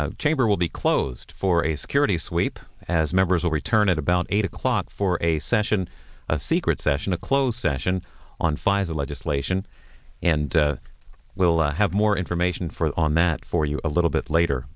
the chamber will be closed for a security sweep as members will return at about eight o'clock for a session a secret session a closed session on final legislation and we'll have more information for on that for you a little bit later